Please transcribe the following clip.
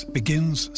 begins